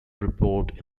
report